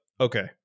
okay